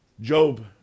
Job